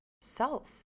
self